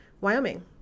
Wyoming